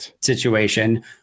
situation